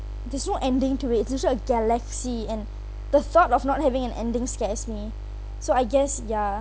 there's no ending to its also a galaxy and the thought of not having an ending scares me so I guess ya